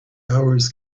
hours